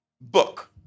book